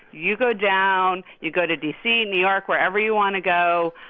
you go down. you go to d c, new york, wherever you want to go.